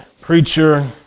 preacher